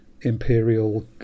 Imperial